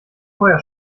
feuer